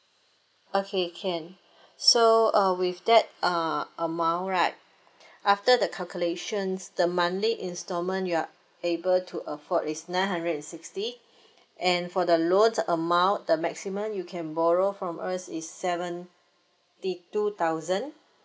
okay can so uh with that uh amount right after the calculations the monthly instalment you are able to afford is nine hundred and sixty and for the loan amount the maximum you can borrow from us is seventy two thousand